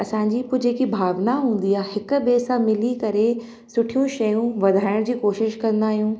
असांजी बि जेकी भावना हूंदी आहे हिक ॿिए सां मिली करे सुठियूं शयूं वधाइण जी कोशिशि कंदा आहियूं